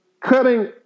cutting